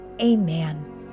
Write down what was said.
Amen